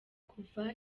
kuva